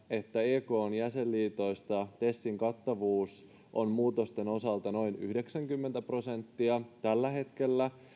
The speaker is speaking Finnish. ekn jäsenliitoissa tesin kattavuus on muutosten osalta noin yhdeksänkymmentä prosenttia tällä hetkellä